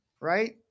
right